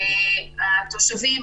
התושבים,